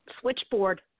switchboard